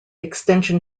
extension